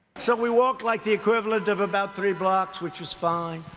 so we walked like the equivalent of about three blocks, which is fine.